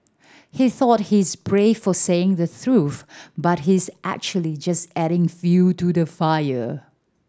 he thought he's brave for saying the truth but he's actually just adding fuel to the fire